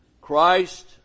Christ